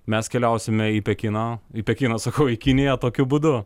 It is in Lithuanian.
mes keliausime į pekiną į pekiną sakau į kiniją tokiu būdu